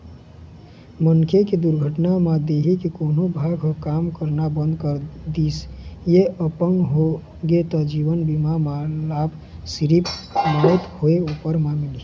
मनखे के दुरघटना म देंहे के कोनो भाग ह काम करना बंद कर दिस य अपंग होगे त जीवन बीमा म लाभ सिरिफ मउत होए उपर म मिलही